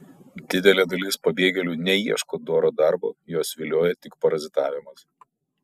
didelė dalis pabėgėlių neieško doro darbo juos vilioja tik parazitavimas